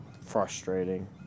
Frustrating